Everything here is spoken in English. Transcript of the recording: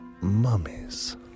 mummies